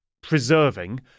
preserving